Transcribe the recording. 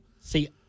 see